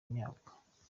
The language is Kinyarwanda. myaka